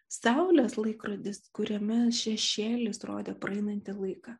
saulės laikrodis kuriame šešėlis rodė praeinantį laiką